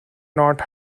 not